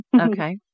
Okay